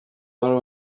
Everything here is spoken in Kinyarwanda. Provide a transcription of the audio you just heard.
murimo